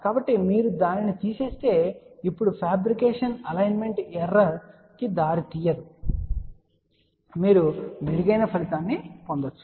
కాబట్టి మీరు దానిని తీసివేస్తే ఇప్పుడు ఫాబ్రికేషన్ అలైన్మెంట్ ఎర్రర్ కి దారితీయదు మరియు మీరు మెరుగైన ఫలితాన్ని పొందవచ్చు